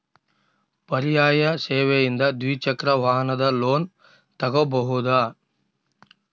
ಪರ್ಯಾಯ ಸೇವೆಯಿಂದ ದ್ವಿಚಕ್ರ ವಾಹನದ ಲೋನ್ ತಗೋಬಹುದಾ?